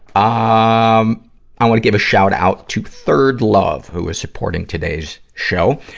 ah um i wanna give a shout-out to third love, who ah supporting today's show.